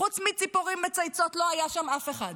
חוץ מציפורים מצייצות לא היה שם אף אחד.